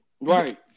Right